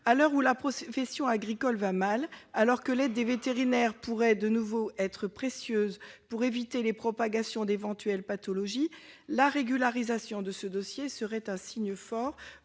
À l'heure où la profession agricole va mal, et alors que l'aide des vétérinaires pourrait de nouveau être précieuse pour éviter la propagation d'éventuelles pathologies, la régularisation de ce dossier serait un signe fort.